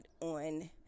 on